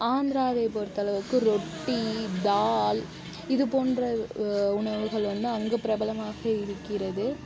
ஆந்திராவை பொறுத்தளவுக்கு ரொட்டி தால் இது போன்ற உணவுகள் வந்து அங்கே பிரபலமாக இருக்கிறது